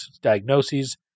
diagnoses